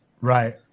Right